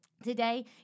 Today